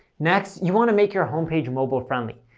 next, you want to make your homepage mobile friendly.